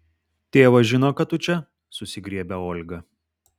tėvas žino kad tu čia susigriebia olga